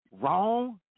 wrong